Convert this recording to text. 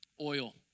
oil